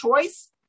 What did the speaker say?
choice